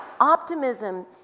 optimism